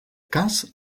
cas